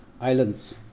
islands